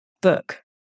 book